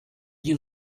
you